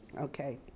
Okay